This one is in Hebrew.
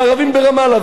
וערבים ברמאללה,